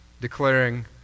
declaring